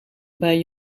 bij